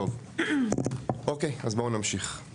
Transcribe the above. אוקיי, אז בואו נמשיך.